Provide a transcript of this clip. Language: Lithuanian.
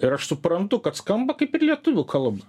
ir aš suprantu kad skamba kaip ir lietuvių kalba